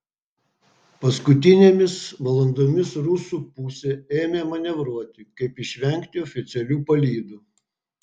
paskutinėmis valandomis rusų pusė ėmė manevruoti kaip išvengti oficialių palydų